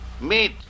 meet